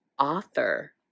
Author